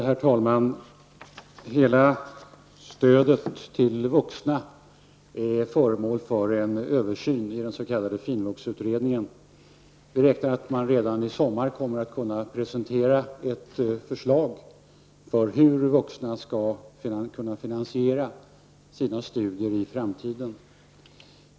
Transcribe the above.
Herr talman! Stödet till vuxna är föremål för en översyn inom finvuxutredningen. Redan i sommar räknar man med att presentera ett förslag till hur vuxna skall kunna finansiera sina studier i framtiden.